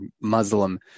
Muslim